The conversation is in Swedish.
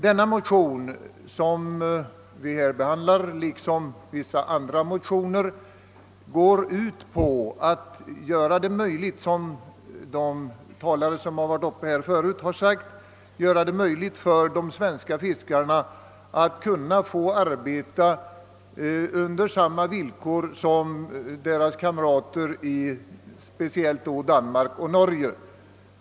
Den motion som vi nu behandlar går liksom vissa andra motioner ut på att göra det möjligt för de svenska fiskarna att arbeta under samma villkor som deras kamrater i speciellt Danmark och Norge.